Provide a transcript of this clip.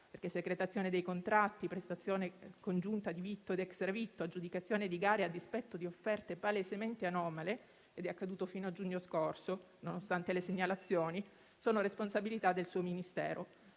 perché secretazione dei contratti, prestazione congiunta di vitto ed extra vitto, aggiudicazione di gare a dispetto di offerte palesemente anomale - ed è accaduto fino a giugno scorso, nonostante le segnalazioni - sono responsabilità del suo Ministero.